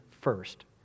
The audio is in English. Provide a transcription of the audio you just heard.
first